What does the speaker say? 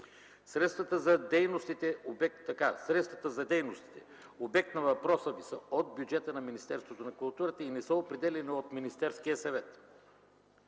Средствата за дейностите, обект на въпроса Ви, са от бюджета на Министерството на културата и не са определяни от Министерския съвет.